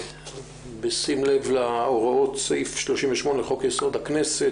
ובשים לב להוראות סעיף 38 לחוק יסוד: הכנסת,